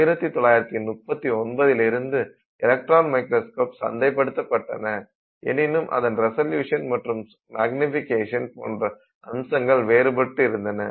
1939 லிருந்து electron microscope சந்தைப்படுத்தப்பட்டன எனினும் அதன் ரிசல்யுசன் மற்றும் மேக்னிபிகேஷன் போன்ற அம்சங்கள் வேறுபட்டு இருந்தன